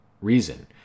reason